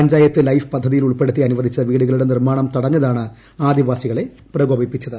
panchayat life പദ്ധതിയിൽ ഉൾപ്പെടുത്തി അനുവദിച്ച വീടുകളുടെ നിർമാണം തട്ടഞ്ഞതാണ് ആദിവാസികളെ പ്രകോപിപ്പിച്ചത്